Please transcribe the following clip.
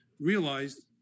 realized